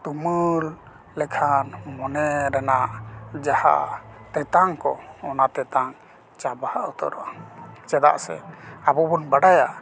ᱛᱩᱢᱟᱹᱞ ᱞᱮᱠᱷᱟᱱ ᱢᱚᱱᱮ ᱨᱮᱱᱟᱜ ᱡᱟᱦᱟᱸ ᱛᱮᱛᱟᱝ ᱠᱚ ᱚᱱᱟ ᱛᱮᱛᱟᱝ ᱪᱟᱵᱟ ᱩᱛᱟᱹᱨᱚᱜᱼᱟ ᱪᱮᱫᱟᱜ ᱥᱮ ᱟᱵᱚ ᱵᱚᱱ ᱵᱟᱰᱟᱭᱟ